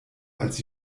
als